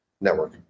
network